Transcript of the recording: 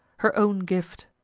her own gift.